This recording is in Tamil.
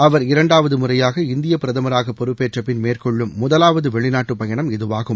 அவர் இரண்டாவது முறையாக இந்தியப் பிரதமராக பொறுப்பேற்றபின் மேற்கொள்ளும் முதவாவது வெளிநாட்டுப் பயணம் இதுவாகும்